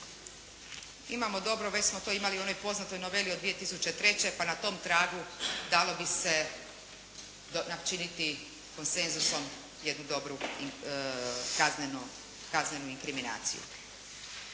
Imamo dobro, već smo to imali u onoj poznatoj noveli od 2003. pa na tom tragu dalo bi se načiniti konsenzusom jednu dobru kaznenu kriminaciju.